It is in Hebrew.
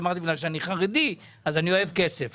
אמרתי: בגלל שאני חרדי אז אני אוהב כסף...